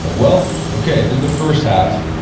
like well, okay, i did the first half.